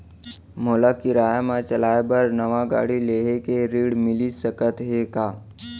मोला किराया मा चलाए बर नवा गाड़ी लेहे के ऋण मिलिस सकत हे का?